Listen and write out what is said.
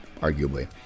arguably